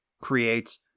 creates